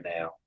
now